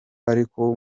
ariko